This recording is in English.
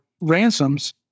ransoms